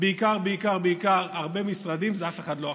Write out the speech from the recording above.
בעיקר בעיקר בעיקר הרבה משרדים, אף אחד לא אחראי,